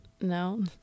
No